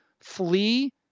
flee